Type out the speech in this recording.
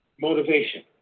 motivation